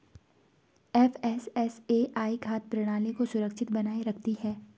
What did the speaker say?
FSSAI खाद्य प्रणाली को सुरक्षित बनाए रखती है